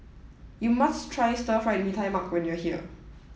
you must try stir fried Mee Tai Mak when you are here